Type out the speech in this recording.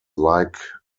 like